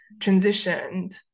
transitioned